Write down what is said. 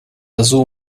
azul